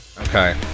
okay